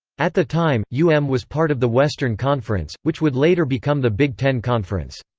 at the time, u m was part of the western conference, which would later become the big ten conference.